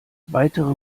weitere